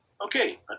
Okay